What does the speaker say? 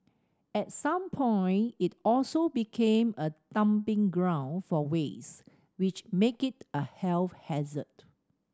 at some point it also became a dumping ground for waste which made it a health hazard